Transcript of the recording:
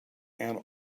and